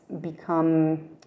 become